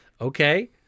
Okay